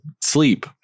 sleep